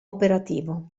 operativo